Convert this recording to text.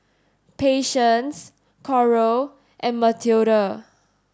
Patience Coral and Matilda